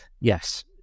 yes